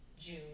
June